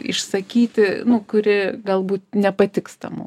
išsakyti kuri galbūt nepatiks tam mokytojui